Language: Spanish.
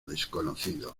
desconocido